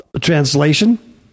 translation